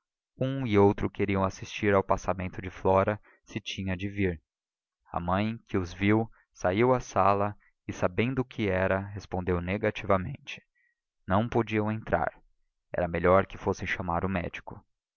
um e outro queriam assistir ao passamento de flora se tinha de vir a mãe que os ouviu saiu à sala e sabendo o que era respondeu negativamente não podiam entrar era melhor que fossem chamar o médico